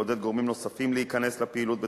לעודד גורמים נוספים להיכנס לפעילות בתחום,